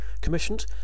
commissioned